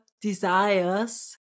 desires